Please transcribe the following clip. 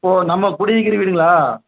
ஓ நம்ம குடி இருக்கிற வீடுங்களா